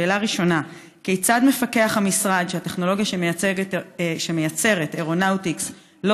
שאלה ראשונה: כיצד המשרד מפקח שהטכנולוגיה שאירונאוטיקס מייצרת